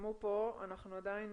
שנרשמו פה, אנחנו עדיין